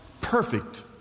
perfect